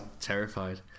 terrified